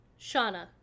Shauna